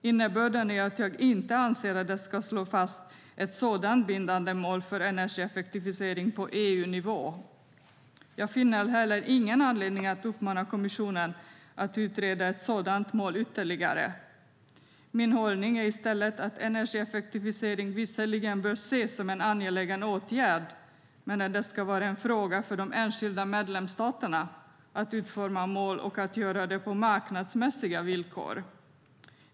Innebörden är att jag inte anser att det ska slås fast ett sådant bindande mål för energieffektivisering på EU-nivå. Jag finner heller ingen anledning att uppmana kommissionen att utreda ett sådant mål ytterligare. Min hållning är i stället att energieffektivisering visserligen bör ses som en angelägen åtgärd men att det ska vara en fråga för de enskilda medlemsstaterna att utforma målen och att göra det på marknadsmässiga villkor.